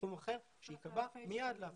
סכום אחר, שייקבע מייד להפנות.